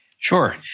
Sure